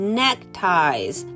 neckties